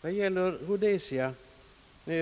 Vad beträffar Rhodesia